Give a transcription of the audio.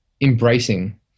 embracing